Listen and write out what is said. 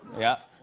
yep,